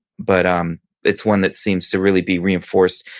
but um it's one that seems to really be reinforced